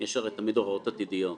יש הרי תמיד הערות עתידיות,